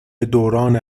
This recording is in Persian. دوران